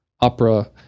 opera